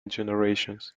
generations